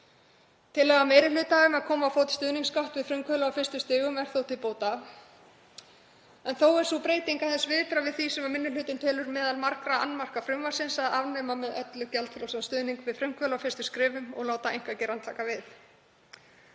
Tillaga meiri hlutans um að koma á fót stuðningsgátt við frumkvöðla á fyrstu stigum er til bóta en þó er sú breyting aðeins viðbragð við því sem minni hlutinn telur meðal margra annmarka frumvarpsins að afnema með öllu gjaldfrjálsan stuðning við frumkvöðla á fyrstu skrefum og láta einkageirann taka við.